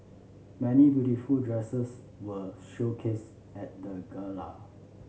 many beautiful dresses were showcased at the Gala